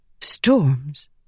Storms